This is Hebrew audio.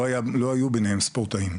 לא היו ביניהם ספורטאים,